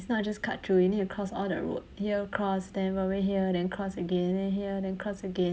it's not just cut through you need to cross all the road here cross then over here cross again then here then cross again